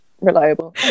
reliable